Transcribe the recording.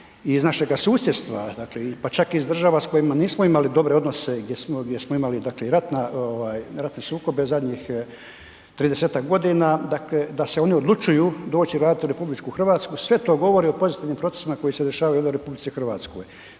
iz našega susjedstva pa čak i država s kojima nismo imali dobre odnose, gdje smo imali ratne sukobe zadnjih 30-ak godina da se oni odlučuju doći raditi u RH sve to govori o pozitivnim procesima koji se dešavaju u RH. Naravno